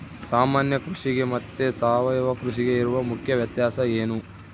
ಸಾಮಾನ್ಯ ಕೃಷಿಗೆ ಮತ್ತೆ ಸಾವಯವ ಕೃಷಿಗೆ ಇರುವ ಮುಖ್ಯ ವ್ಯತ್ಯಾಸ ಏನು?